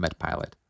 MedPilot